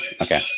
Okay